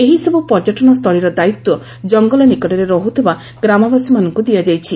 ଏହି ସବୁ ପର୍ଯ୍ୟଟନ ସ୍ଥଳୀର ଦାୟିତ୍ୱ କଙ୍ଗଲ ନିକଟରେ ରହୁଥିବା ଗ୍ରାମବାସୀମାନଙ୍କୁ ଦିଆଯାଇଅଛି